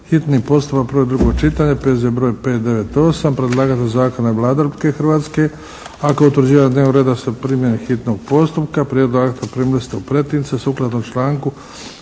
hitni postupak prvo i drugo čitanje, P.Z. broj 598. Predlagatelj zakona je Vlada Republike Hrvatske. A kod utvrđivanja dnevnog reda se primjeni hitnog postupka. Prijedlog akta primili ste u pretince sukladno članku